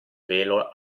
velo